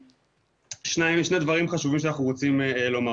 יש שני דברים חשובים שאנחנו רוצים לומר.